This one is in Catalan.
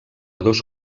dos